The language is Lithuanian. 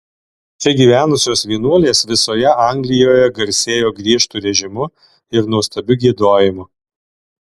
čia gyvenusios vienuolės visoje anglijoje garsėjo griežtu režimu ir nuostabiu giedojimu